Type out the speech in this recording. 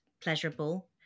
pleasurable